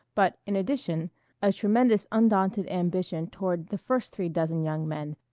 but in addition a tremendous undaunted ambition toward the first three dozen young men,